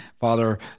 Father